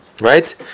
right